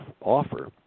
offer